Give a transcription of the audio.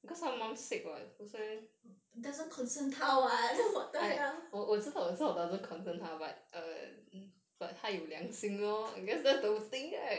doesn't concern 他 [what] what the hell